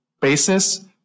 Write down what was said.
basis